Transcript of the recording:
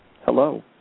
Hello